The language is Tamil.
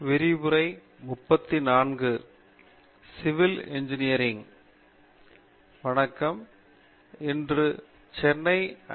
பேராசிரியர் பிரதாப்தாஸ் வணக்கம் இன்று சென்னை ஐ